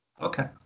Okay